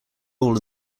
all